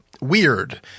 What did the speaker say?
weird